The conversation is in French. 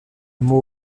mot